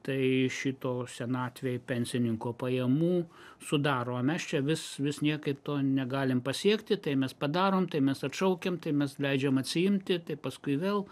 tai šito senatvėj pensininko pajamų sudaro va mes čia vis vis niekaip to negalim pasiekti tai mes padarom tai mes atšaukiam tai mes leidžiam atsiimti tai paskui vėl